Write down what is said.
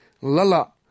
Lala